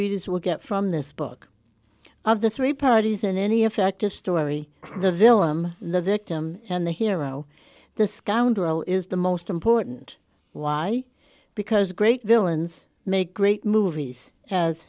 readers will get from this book of the three parties in any effect just story the villain the victim and the hero the scoundrel is the most important why because great villains make great movies as